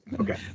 Okay